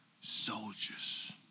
soldiers